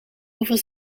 over